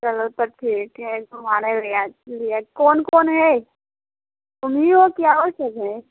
चलो तो ठीक है तुम्हारे लिए आज के लिए कौन कौन है तुम्हीं हो कि और सब हैं